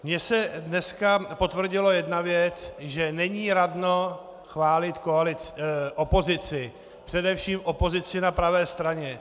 Mně se dneska potvrdila jedna věc že není radno chválit opozici, především opozici na pravé straně.